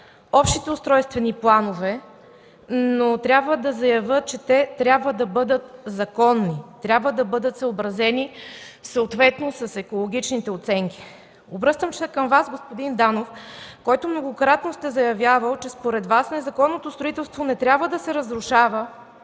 общите устройствени планове, но трябва да заявя, че трябва да бъдат законни, съобразени със съответните екологични оценки. Обръщам се към Вас, господин Данов, който многократно сте заявявали, че незаконното строителство не трябва да се разрушава,